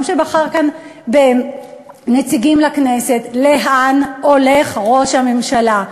גם שבחר כאן בנציגים לכנסת: לאן הולך ראש הממשלה?